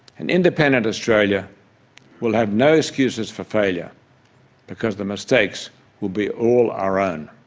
an independent australia will have no excuses for failure because the mistakes will be all our own.